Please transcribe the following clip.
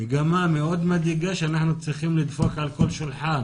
מגמה מאוד מדאיגה שאנחנו צריכים לדפוק על כל שולחן